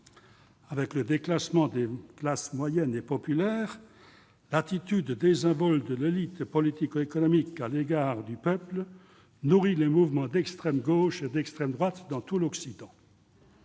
Avec le déclassement des classes moyennes et populaires, l'attitude désinvolte de l'élite politico-économique à l'égard du peuple nourrit les mouvements d'extrême gauche et d'extrême droite dans tout l'Occident.